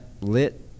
lit